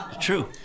True